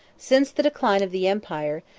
since the decline of the empire,